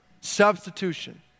Substitution